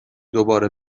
دوباره